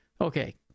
Okay